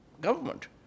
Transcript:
government